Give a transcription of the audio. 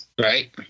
Right